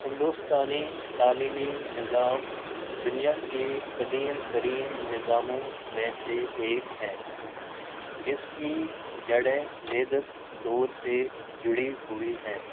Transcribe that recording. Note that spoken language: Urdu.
ہندوستانی تعلیمی نظام دنیا کے قدیم ترین نظاموں میں سے ایک ہے جس کی جڑیں ویدک دور سے جڑی ہوئی ہیں